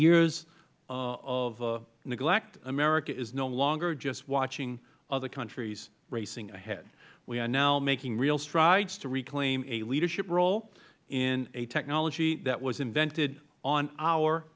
years of neglect america is no longer just watching other countries racing ahead we are now making real strides to reclaim a leadership role in a technology that was invented on our